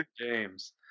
James